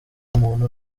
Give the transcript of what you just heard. muntu